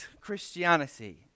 Christianity